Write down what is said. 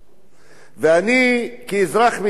ואני כאזרח מדינת ישראל,